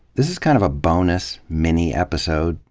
is is kind of a bonus, mini episode,